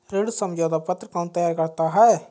ऋण समझौता पत्र कौन तैयार करता है?